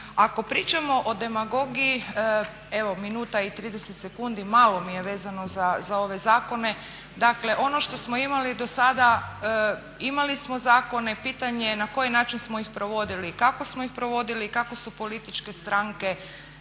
Ako pričamo o demagogiji, evo minuta i 30 sekundi malo mi je vezano za ove zakone. Dakle, ono što smo imali do sada imali smo zakone. Pitanje je na koji način smo ih provodili, kako smo ih provodili i kako su političke stranke